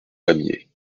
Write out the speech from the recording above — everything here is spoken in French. pamiers